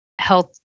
health